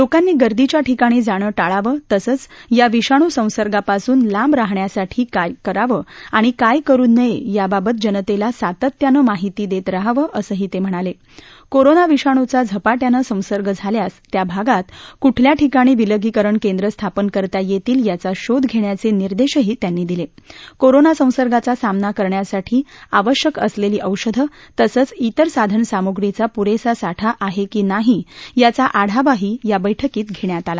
लोकांनी गर्दीच्या ठिकाणी जाणं टाळावं तसच या विषाणू संसर्गापासून लांब राहण्यासाठी काय करावं आणि काय करू नय यिबाबत जनतल्यी सातत्यानं माहिती दक्ष रहावं असही तम्हिणाल कोरोना विषाणूचा झपाट्यानं संसर्ग झाल्यास त्या भागात कुठल्या ठिकाणी विलगीकरण केंद्र स्थापन करता यतील याचा शोध घण्याच निर्देशही त्यांनी दिल कोरोना संसर्गाचा सामना करण्यासाठी आवश्यक असल्वी औषधं तसच तिर साधन सामुग्रीचा पुरस्ती साठा आहक्की नाही याचा आढावाही या बैठकीत घण्यात आला